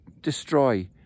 destroy